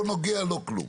לא נוגע ולא כלום.